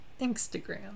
Instagram